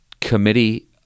Committee